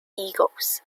eagles